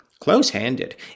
close-handed